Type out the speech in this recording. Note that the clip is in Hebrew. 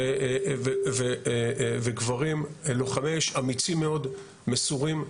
נשים וגברים לוחמי אש מסורים,